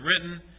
written